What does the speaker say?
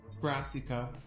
Brassica